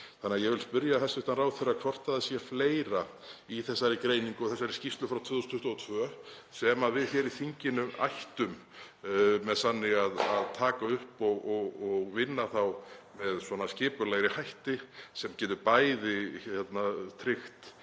skeið. Ég vil spyrja hæstv. ráðherra hvort það sé fleira í þessari greiningu og þessari skýrslu frá 2022 sem við í þinginu ættum með sanni að taka upp og vinna þá með skipulegri hætti sem getur bæði tryggt